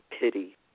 pity